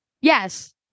Yes